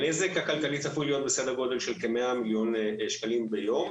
הנזק הכלכלי צפוי להיות בסדר גודל של כ-100 מיליון שקלים ביום.